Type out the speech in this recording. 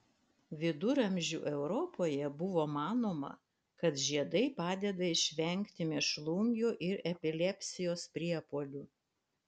viduramžių europoje buvo manoma kad žiedai padeda išvengti mėšlungio ir epilepsijos priepuolių